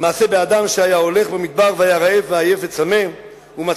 מעשה באדם אשר היה הולך במדבר והיה רעב ועייף וצמא ומצא